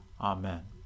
Amen